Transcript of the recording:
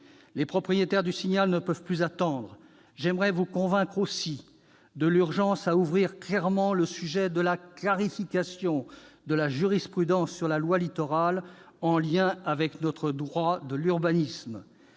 Les propriétaires du Signal ne peuvent plus attendre. J'aimerais vous convaincre aussi de l'urgence à ouvrir clairement le sujet de la clarification de la jurisprudence sur la loi Littoral, en lien avec notre droit de l'urbanisme.